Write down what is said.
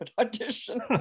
audition